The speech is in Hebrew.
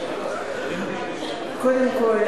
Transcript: קודם כול,